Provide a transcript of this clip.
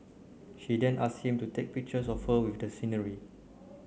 she then asked him to take pictures of her with the scenery